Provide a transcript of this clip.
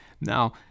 Now